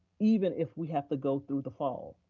even if we have to go through the fall.